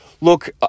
Look